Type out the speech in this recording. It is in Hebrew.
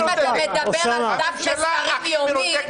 מדבר על דף מסרים יומי,